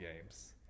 games